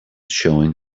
showing